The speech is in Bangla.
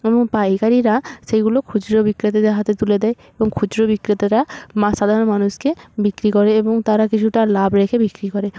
এবং পাইকারিরা সেইগুলো খুচরো বিক্রেতাদের হাতে তুলে দেয় এবং খুচরো বিক্রেতারা মা সাধারণ মানুষকে বিক্রি করে এবং তারা কিছুটা লাভ রেখে বিক্রি করে